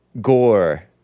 gore